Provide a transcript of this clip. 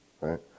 right